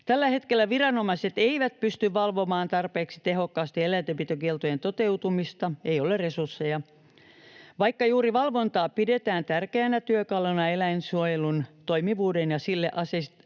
Tällä hetkellä viranomaiset eivät pysty valvomaan tarpeeksi tehokkaasti eläintenpitokieltojen toteutumista — ei ole resursseja. Vaikka juuri valvontaa pidetään tärkeänä työkaluna eläinsuojelun toimivuuden ja sille asetettujen